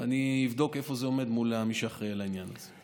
ואני אבדוק איפה זה עומד מול מי שאחראי לעניין הזה.